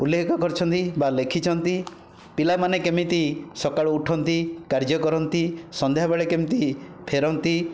ଉଲ୍ଲେଖ କରିଛନ୍ତି ବା ଲେଖିଛନ୍ତି ପିଲାମାନେ କେମିତି ସକାଳେ ଉଠନ୍ତି କାର୍ଯ୍ୟ କରନ୍ତି ସନ୍ଧ୍ୟାବେଳେ କେମିତି ଫେରନ୍ତି